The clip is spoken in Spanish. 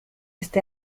este